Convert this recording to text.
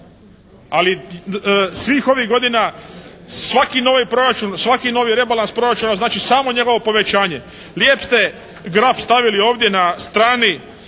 svaki novi proračun, svaki novi rebalans proračuna znači samo njegovo povećanje. Lijep ste graf stavili ovdje na strani